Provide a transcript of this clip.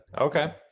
okay